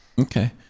Okay